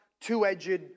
two-edged